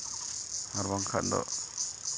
ᱟᱨ ᱵᱟᱝᱠᱷᱟᱱ ᱫᱚ